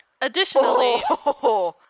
additionally